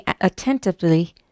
attentively